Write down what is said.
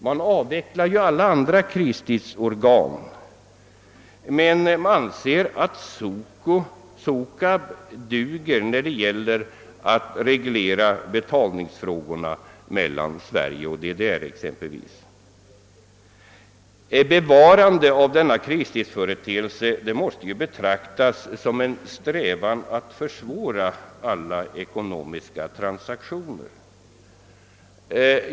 Man avvecklar ju alla andra kristidsorgan men anser att Sukab duger när det gäller att reglera betalningsfrågorna mellan Sverige och exempelvis DDR. Bevarandet av denna kristidsföreteelse måste betraktas som en strävan att försvåra alla sådana ekonomiska transaktioner.